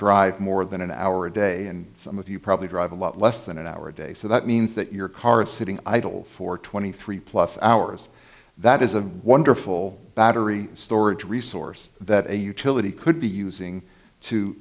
drive more than an hour a day and some of you probably drive a lot less than an hour a day so that means that your car is sitting idle for twenty three plus hours that is a wonderful battery storage resource that a utility could be using to